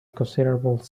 considerable